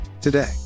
today